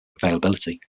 availability